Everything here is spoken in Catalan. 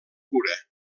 cura